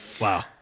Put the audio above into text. Wow